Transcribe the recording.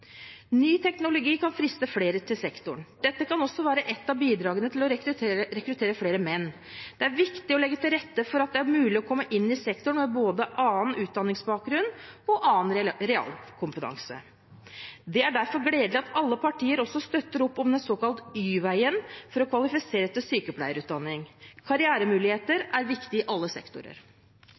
Ny teknologi kan friste flere til sektoren. Dette kan også være et av bidragene til å rekruttere flere menn. Det er viktig å legge til rette for at det er mulig å komme inn i sektoren med både annen utdanningsbakgrunn og annen realkompetanse. Det er derfor gledelig at alle partier støtter opp om den såkalte Y-veien for å kvalifisere til sykepleierutdanning. Karrieremuligheter er viktig i alle sektorer.